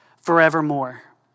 forevermore